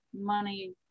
money